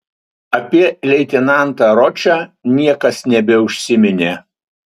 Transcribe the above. apie leitenantą ročą niekas nebeužsiminė